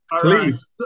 Please